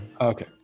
Okay